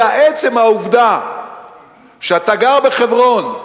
אלא עצם העובדה שאתה גר בחברון,